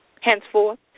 Henceforth